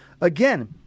again